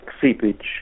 seepage